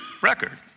record